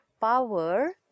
power